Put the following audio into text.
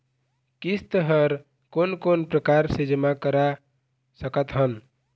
किस्त हर कोन कोन प्रकार से जमा करा सकत हन?